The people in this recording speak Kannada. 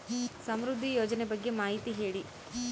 ಸಮೃದ್ಧಿ ಯೋಜನೆ ಬಗ್ಗೆ ಮಾಹಿತಿ ಹೇಳಿ?